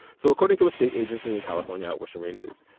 so according to a state agency in california, where shereen is,